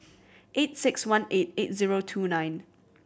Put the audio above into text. eight six one eight eight zero two nine